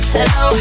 Hello